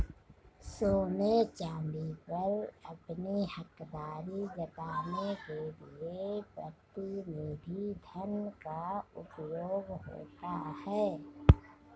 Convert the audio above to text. सोने चांदी पर अपनी हकदारी जताने के लिए प्रतिनिधि धन का उपयोग होता है